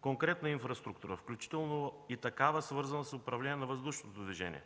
конкретна инфраструктура, включително и такава, свързана с управление на въздушното движение.